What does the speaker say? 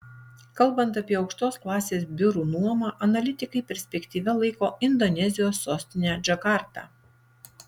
kalbant apie aukštos klasės biurų nuomą analitikai perspektyvia laiko indonezijos sostinę džakartą